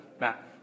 Matt